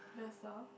that's all